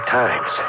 times